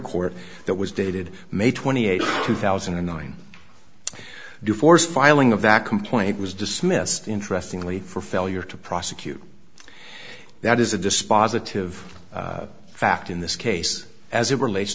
court that was dated may twenty eighth two thousand and nine do force filing of that complaint was dismissed interestingly for failure to prosecute that is a dispositive fact in this case as it relates